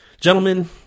Gentlemen